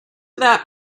that